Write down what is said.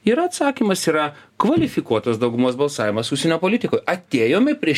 yra atsakymas yra kvalifikuotos daugumos balsavimas užsienio politikoj atėjome prie